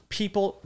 people